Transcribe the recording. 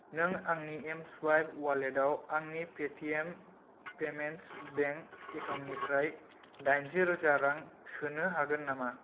नों आंनि एमस्वाइप अवालेटाव आंनि पेटिएम पेमेन्टस बेंक एकाउन्टनिफ्राय दाइनजिरोजा रां सोनो हागोन नामा